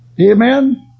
Amen